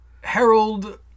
Harold